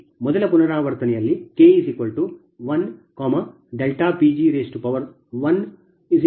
ಮೊದಲ ಪುನರಾವರ್ತನೆಯಲ್ಲಿ K1 Pg1850 303027